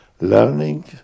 learning